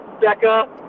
Becca